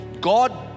God